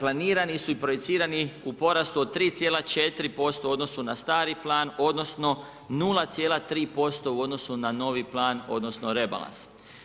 planirani su i projiciranja u porastu od 3,4% u odnosu na stari plan odnosno 0,3% u odnosu na novi plan odnosno rebalans.